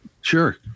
Sure